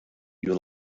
you